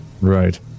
Right